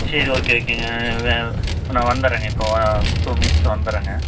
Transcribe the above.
சரி ஓகே ஓகேங்க நான் வந்துடுறேங்க இப்போ டூ மினிட்ஸில் வந்துடுறேங்க